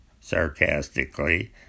sarcastically